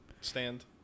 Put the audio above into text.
stand